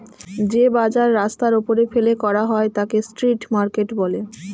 যে বাজার রাস্তার ওপরে ফেলে করা হয় তাকে স্ট্রিট মার্কেট বলে